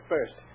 First